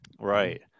right